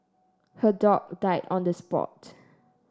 her dog died on the spot